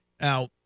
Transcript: Now